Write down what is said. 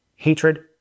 hatred